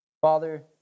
Father